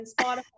spotify